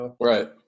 Right